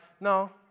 no